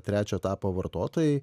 trečio etapo vartotojai